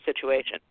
situation